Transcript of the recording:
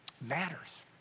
Matters